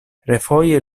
refoje